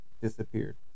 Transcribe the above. disappeared